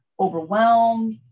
overwhelmed